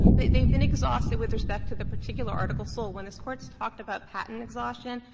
they have been exhausted with respect to the particular article sold. when the court's talked about patent exhaustion,